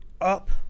up